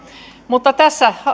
mutta